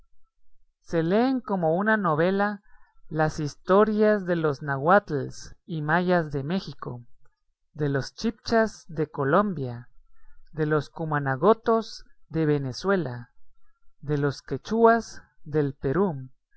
se leen como una novela las historias de los nahuatles y mayas de méxico de los chibchas de colombia de los cumanagotos de venezuela de los quechuas del perú